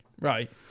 right